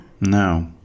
No